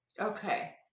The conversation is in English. Okay